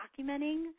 documenting